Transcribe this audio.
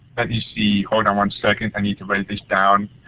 let me see, hold on one second, i need to write this down.